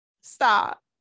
Stop